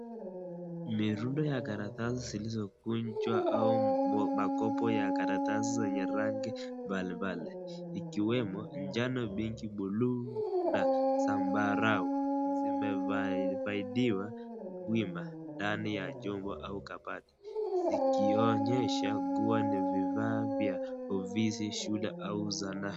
Mirundo ya karatasi zilizo kunjwa au makopo ya karatasi zenye rangi mbalimbali, ikiwemo njano mingi, buluu na zamabarau zimevaliwa wima ndani chombo au kabati ,zikionyesha kuwa ni vifaa vya ofisi shule au sanaa.